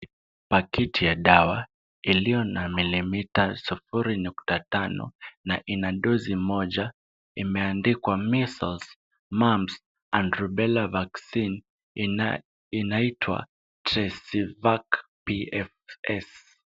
Paketi ya dawa iliyo na milimita sufuri nukta tano, na ina dozi moja. Imeandikwa Measels, Mumps and Rubella vaccine ,ina inaitwa TRESIVAC PFS .